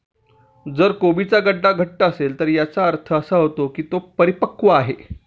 जर कोबीचा गड्डा घट्ट असेल तर याचा अर्थ असा होतो की तो परिपक्व आहे